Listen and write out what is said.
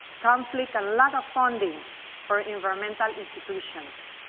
conflict and lack of funding for environmental institutions.